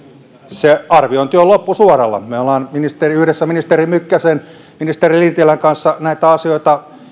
se arviointi on loppusuoralla me olemme yhdessä ministeri mykkäsen ja ministeri lintilän kanssa näitä asioita